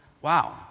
wow